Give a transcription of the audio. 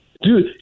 Dude